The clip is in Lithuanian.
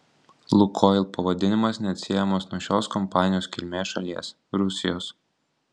lukoil pavadinimas neatsiejamas nuo šios kompanijos kilmės šalies rusijos